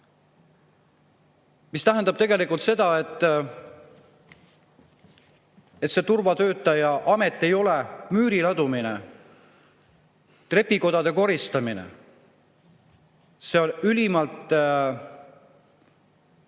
See tähendab tegelikult seda, et turvatöötaja amet ei ole müüri ladumine või trepikodade koristamine. See on ülimalt